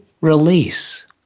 release